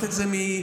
שמעת את זה מפי,